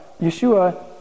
Yeshua